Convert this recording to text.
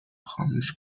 خاموش